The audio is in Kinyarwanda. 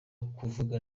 kuvuga